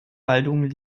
waldungen